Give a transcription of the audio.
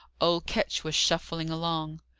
old ketch was shuffling along.